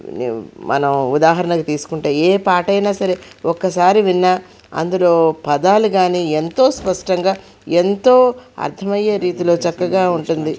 ఉ మనము ఉదాహరణగా తీసుకుంటే ఏ పాట అయిన సరే ఒక్కసారి విన్న అందులో పదాలు కానీ ఎంతో స్పష్టంగా ఎంతో అర్థమయ్యే రీతిలో చక్కగా ఉంటుంది